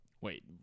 Wait